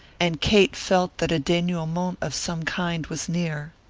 and kate felt that a denouement of some kind was near.